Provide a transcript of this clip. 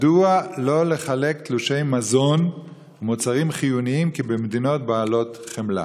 מדוע לא לחלק תלושי מזון ומוצרים חיוניים כבמדינות בעלות חמלה?